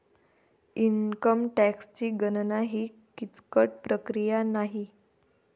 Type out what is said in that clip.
income टॅक्सची गणना ही किचकट प्रक्रिया नाही